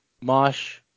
Mosh